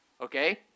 Okay